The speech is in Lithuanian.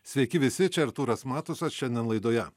sveiki visi čia artūras matusas šiandien laidoje